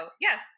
yes